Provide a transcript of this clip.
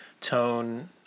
tone